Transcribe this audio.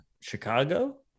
chicago